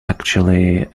actually